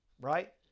right